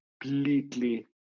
completely